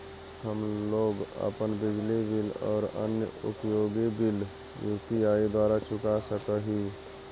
हम लोग अपन बिजली बिल और अन्य उपयोगि बिल यू.पी.आई द्वारा चुका सक ही